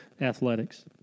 athletics